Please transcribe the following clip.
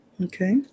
Okay